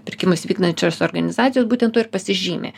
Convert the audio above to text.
pirkimus vykdančios organizacijos būtent tuo ir pasižymi